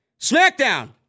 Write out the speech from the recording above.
SmackDown